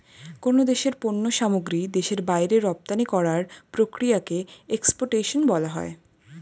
কোন দেশের পণ্য সামগ্রী দেশের বাইরে রপ্তানি করার প্রক্রিয়াকে এক্সপোর্টেশন বলা হয়